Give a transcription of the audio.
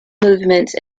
movements